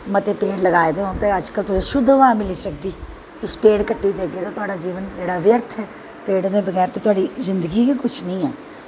मते पेड़ लगाए दे होन ते अज्ज कल तुसेंगी शुद्ध हवा मिली सकदी तुस पेड़ कट्टी देगे ते तोआड़ा जीबन जेह्ड़ा व्यर्थ ऐ पेड़ें दे बगैर ते तोआढ़ी जिंदगी गै कक्ख नी ऐ